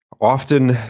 Often